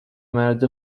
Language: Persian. مرد